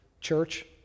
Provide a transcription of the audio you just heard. church